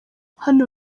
hano